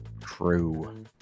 True